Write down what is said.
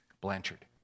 Blanchard